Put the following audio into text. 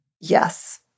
Yes